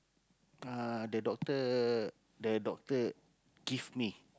uh the doctor the doctor give me